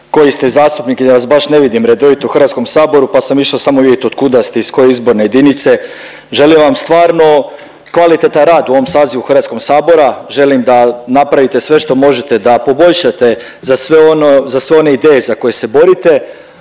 koji ste zastupnik jer baš ne vidim redovito u HS-u pa sam išao vidjet samo od kuda ste iz koje izborne jedinice. Želim vam stvarno kvalitetan rad u ovom sazivu HS-a, želim da napravite sve što možete da poboljšate za sve one ideje za koje se borite.